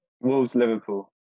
Wolves-Liverpool